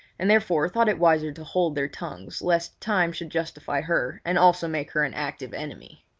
and therefore thought it wiser to hold their tongues lest time should justify her and also make her an active enemy.